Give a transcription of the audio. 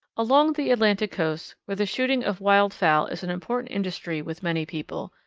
along the atlantic coast, where the shooting of wildfowl is an important industry with many people,